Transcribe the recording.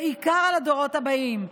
ובעיקר על הדורות הבאים,